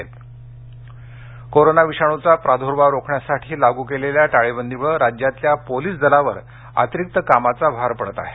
सशस्त्र पोलीस दल बृहन्मुंबई कोरोना विषाणूचा प्रादुर्भाव रोखण्यासाठी लागू केलेल्या टाळेबंदीमुळे राज्यातल्या पोलीस दलावर अतिरिक्त कामाचा भार पडत आहे